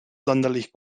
sonderlich